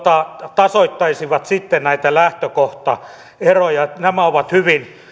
tasoittaisivat sitten näitä lähtökohtaeroja nämä ovat hyvin